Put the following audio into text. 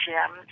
Jim